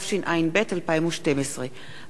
תוכן העניינים מסמכים שהונחו על שולחן הכנסת 5